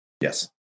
Yes